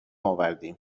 آوردیم